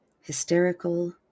hysterical